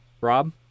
rob